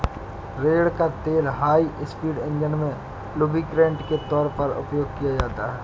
रेड़ का तेल high speed engine में लुब्रिकेंट के तौर पर उपयोग किया जाता है